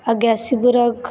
ਅਗੈਸੀ ਬਰਗ